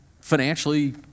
financially